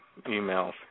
emails